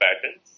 patterns